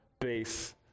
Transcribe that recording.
base